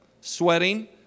sweating